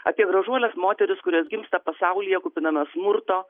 apie gražuoles moteris kurios gimsta pasaulyje kupiname smurto